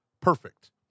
perfect